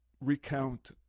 recount